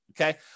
Okay